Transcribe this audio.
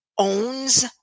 owns